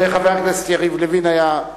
וחבר הכנסת יריב לוין היה.